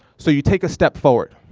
so you take a step forward.